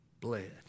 bled